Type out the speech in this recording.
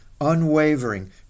unwavering